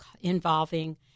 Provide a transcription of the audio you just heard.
involving